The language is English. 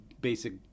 basic